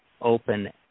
open